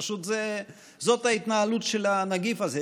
פשוט זאת ההתנהלות של הנגיף הזה,